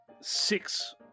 six